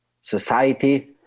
society